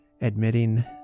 admitting